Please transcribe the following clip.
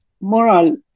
moral